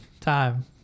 time